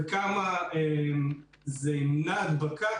וכמה זה ימנע הדבקה,